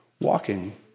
walking